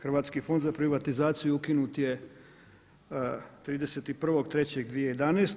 Hrvatski fond za privatizaciju ukinut je 31.3.2011.